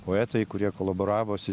poetai kurie kolaboravosi